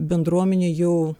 bendruomenė jau